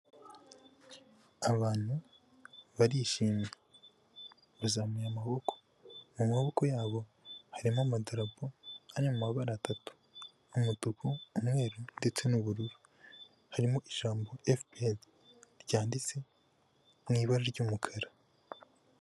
Abantu barishimye bazamuye amaboko, mu maboko yabo harimo amadarapo ari mu mabara atatu, umutuku, umweru ndetse n'ubururu harimo ijambo FPR ryanditse mu ibara ry'umukara.